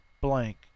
blank